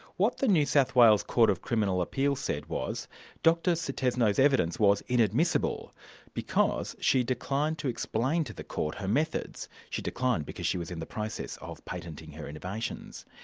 what the new south wales court of criminal appeal said was dr sutisno's evidence was inadmissible because she declined to explain to the court her methods. she declined because she was in the process of patenting her innovations.